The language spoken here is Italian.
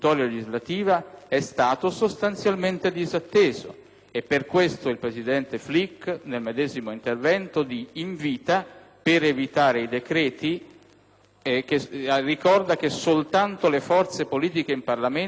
e per questo il presidente Flick, nel medesimo intervento del 28 gennaio, ricorda che «soltanto le forze politiche in Parlamento possono elaborare - attraverso correttivi regolamentari